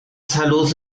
salud